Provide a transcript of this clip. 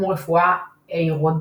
כמו רפואה איורודית,